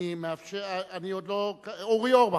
אורי אורבך,